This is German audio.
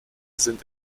sind